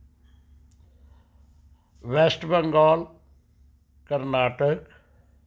West Bengal Karnataka